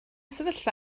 sefyllfa